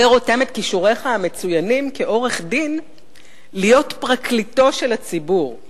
ורותם את כישוריך המצוינים כעורך-דין להיות פרקליטו של הציבור,